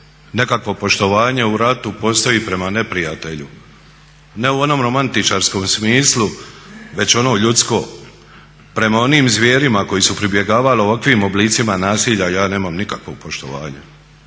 Nekakvo poštovanje u ratu postoji prema neprijatelju, ne u onom romantičarskom smislu već ono ljudsko prema onim zvijerima koji su pribjegavali ovakvim oblicima nasilja ja nemam nikakvog poštovanja